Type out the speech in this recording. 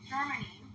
Germany